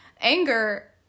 anger